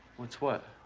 what's what?